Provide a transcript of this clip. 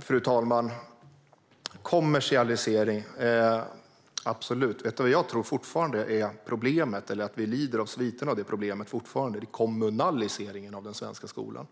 Fru talman! När det gäller kommersialisering säger jag: absolut. Det som jag tror att den svenska skolan fortfarande lider av är kommunaliseringen av skolan.